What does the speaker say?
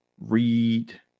read